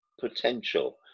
potential